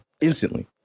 instantly